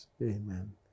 Amen